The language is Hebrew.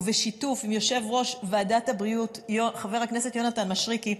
ובשיתוף עם יושב-ראש ועדת הבריאות חבר הכנסת יונתן מישרקי,